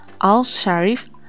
Al-Sharif